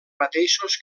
mateixos